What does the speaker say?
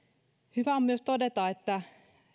hyvä on myös todeta että